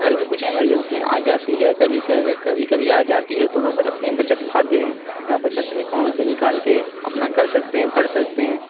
گھر میں کچھ ایمرجنسی آ جاتی ہے کبھی کبھی کبھی آ جاتی ہے تو وہ اپنی بچت کھاتے یا بچت اکاؤنٹ سے نکال کے اپنا کر سکتے ہیں بھر سکتے ہیں